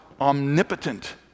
omnipotent